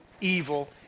evil